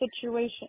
situation